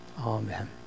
amen